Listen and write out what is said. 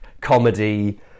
comedy